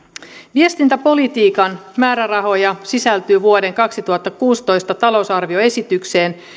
viestintäpolitiikan määrärahoja sisältyy vuoden kaksituhattakuusitoista talousarvioesitykseen